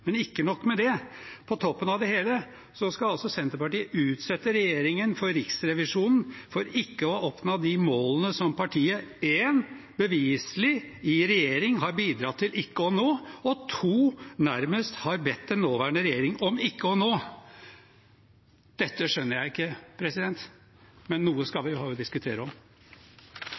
Men ikke nok med det: På toppen av det hele skal Senterpartiet utsette regjeringen for Riksrevisjonen for ikke å ha oppnådd de målene som partiet for det første beviselig i regjering har bidratt til ikke å nå, og for det andre nærmest har bedt den nåværende regjering om ikke å nå. Dette skjønner jeg ikke – men noe skal vi ha å diskutere også. Flere har ikke bedt om